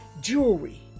jewelry